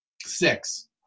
six